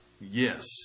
yes